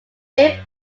fifth